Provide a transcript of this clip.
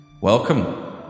Welcome